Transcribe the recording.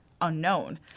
unknown